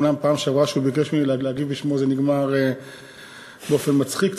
אומנם בפעם שעברה שהוא ביקש ממני להגיב בשמו זה נגמר באופן מצחיק קצת,